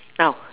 now